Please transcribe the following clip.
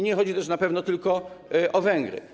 Nie chodzi na pewno tylko o Węgry.